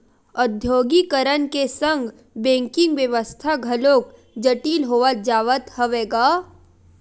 औद्योगीकरन के संग बेंकिग बेवस्था घलोक जटिल होवत जावत हवय गा